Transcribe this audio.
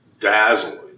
dazzling